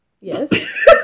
Yes